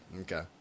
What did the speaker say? Okay